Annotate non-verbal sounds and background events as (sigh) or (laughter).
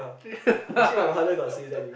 (laughs)